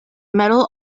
medal